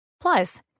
Plus